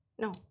No